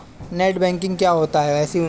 Net banking क्या होता है?